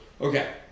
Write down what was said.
Okay